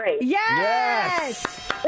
Yes